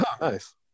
Nice